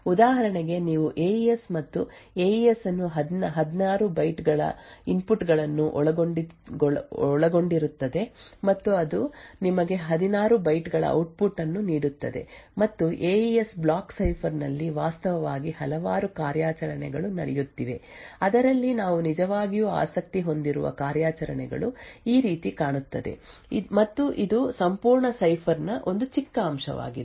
ಉದಾಹರಣೆಗೆ ನೀವು ಎಈಯಸ್ ಮತ್ತು ಎಈಯಸ್ ಅನ್ನು 16 ಬೈಟ್ಗಳ ಇನ್ಪುಟ್ ಗಳನ್ನು ಒಳಗೊಂಡಿರುತ್ತದೆ ಮತ್ತು ಅದು ನಿಮಗೆ 16 ಬೈಟ್ಗಳ ಔಟ್ಪುಟ್ ಅನ್ನು ನೀಡುತ್ತದೆ ಮತ್ತು ಎಈಯಸ್ ಬ್ಲಾಕ್ ಸೈಫರ್ ನಲ್ಲಿ ವಾಸ್ತವವಾಗಿ ಹಲವಾರು ಕಾರ್ಯಾಚರಣೆಗಳು ನಡೆಯುತ್ತಿವೆ ಅದರಲ್ಲಿ ನಾವು ನಿಜವಾಗಿಯೂ ಆಸಕ್ತಿ ಹೊಂದಿರುವ ಕಾರ್ಯಾಚರಣೆಗಳು ಈ ರೀತಿ ಕಾಣುತ್ತದೆ ಮತ್ತು ಇದು ಸಂಪೂರ್ಣ ಸೈಫರ್ ನ ಒಂದು ಚಿಕ್ಕ ಅಂಶವಾಗಿದೆ